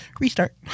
Restart